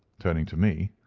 turning to me,